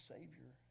Savior